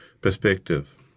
perspective